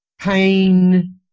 pain